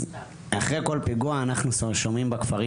אז אחרי כל פיגוע אנחנו שומעים בכפרים